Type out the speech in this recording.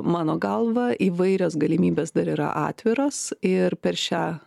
mano galva įvairios galimybės dar yra atviros ir per šią